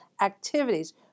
activities